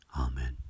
Amen